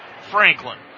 Franklin